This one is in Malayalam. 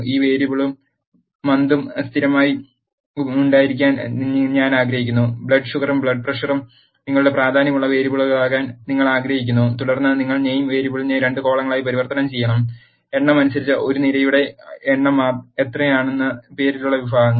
ഈ വേരിയബിളും മന്തും സ്ഥിരമായി ഉണ്ടായിരിക്കാൻ ഞാൻ ആഗ്രഹിക്കുന്നു ബ്ലഡ് ഷുഗറും ബ്ലഡ് പ്രഷറും നിങ്ങളുടെ പ്രാധാന്യമുള്ള വേരിയബിളുകളാകാൻ നിങ്ങൾ ആഗ്രഹിക്കുന്നു തുടർന്ന് നിങ്ങൾ നെയിം വേരിയബിളിനെ 2 കോളങ്ങളായി പരിവർത്തനം ചെയ്യണം എണ്ണം അനുസരിച്ച് ഒരു നിരയുടെ എണ്ണം എത്രയാണ് പേരിലുള്ള വിഭാഗങ്ങൾ